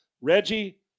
reggie